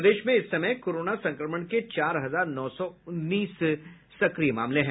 प्रदेश में इस समय कोरोना संक्रमण के चार हजार नौ सौ उन्नीस सक्रिय मामले हैं